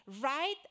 right